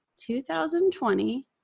2020